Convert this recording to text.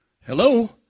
hello